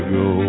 go